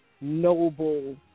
noble